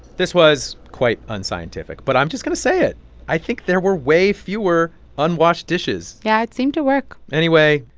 this was quite unscientific, but i'm just going to say it i think there were way fewer unwashed dishes yeah, it seemed to work anyway,